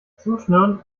zuschnüren